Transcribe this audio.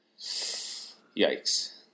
yikes